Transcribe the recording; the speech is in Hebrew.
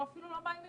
או אפילו לא מאיימים,